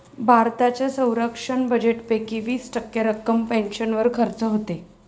भारताच्या संरक्षण बजेटपैकी वीस टक्के रक्कम पेन्शनवर खर्च होते